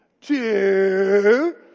two